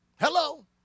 Hello